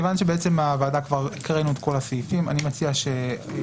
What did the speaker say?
מכיוון שהקראנו בוועדה את כל הסעיפים אני מציע שאני